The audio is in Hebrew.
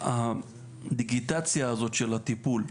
הדיגיטציה הזאת של הטיפול,